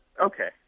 okay